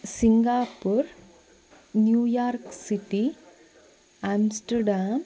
Singapore New York city Amsterdam